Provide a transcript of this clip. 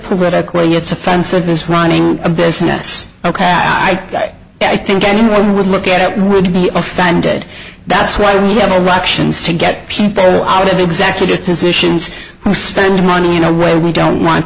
politically it's offensive is running a business ok i think anyone would look at it would be offended that's why we have a ructions to get people out of executive positions to spend money in a way we don't want